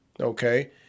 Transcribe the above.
okay